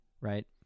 right